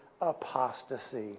apostasy